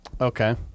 okay